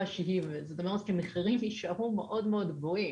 שהיא וזה אומר שמחירים יישארו מאוד גבוהים,